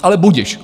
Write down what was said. Ale budiž.